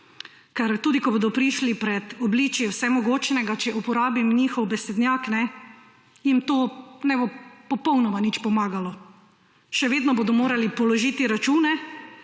Ker tudi ko bodo prišli pred obličje vsemogočnega, če uporabim njihov besednjak, jim to ne bo popolnoma nič pomagalo. Še vedno bodo morali položiti račune.